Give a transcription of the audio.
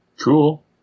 Cool